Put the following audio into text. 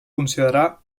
considerar